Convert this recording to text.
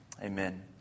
Amen